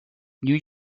new